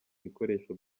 ibikoresho